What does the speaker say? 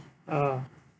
ah